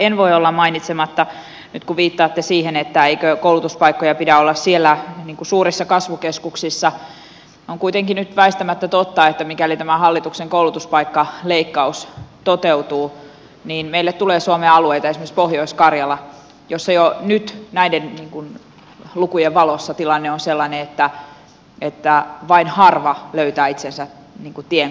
en voi olla mainitsematta nyt kun viittaatte siihen eikö koulutuspaikkoja pidä olla siellä suurissa kasvukeskuksissa että on kuitenkin nyt väistämättä totta että mikäli tämä hallituksen koulutuspaikkaleikkaus toteutuu niin meille tulee suomeen alueita esimerkiksi pohjois karjala jossa jo nyt näiden lukujen valossa tilanne on sellainen että vain harva löytää itse asiassa tien koulutukseen